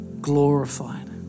glorified